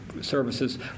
Services